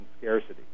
scarcity